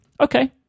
okay